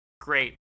Great